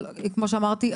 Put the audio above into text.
אבל כמו שאמרתי,